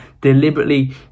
deliberately